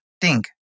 Dink